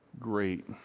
Great